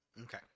Okay